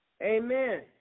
Amen